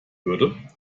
würde